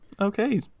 okay